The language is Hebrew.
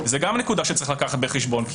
אז זאת עוד נקודה שצריך לקחת בחשבון.